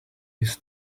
his